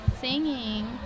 Singing